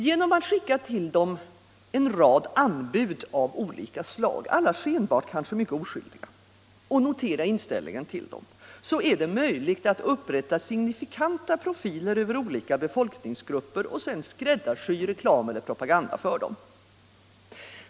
Genom att skicka till dem en rad anbud av olika slag, alla kanske skenbart mycket oskyldiga, och notera inställningen till dem är det möjligt att upprätta signifikanta profiler över olika befolkningsgrupper och sedan skräddarsy reklam eller propaganda för dem.